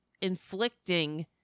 inflicting